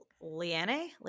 Liane